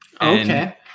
Okay